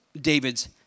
David's